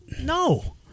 No